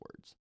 words